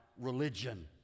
religion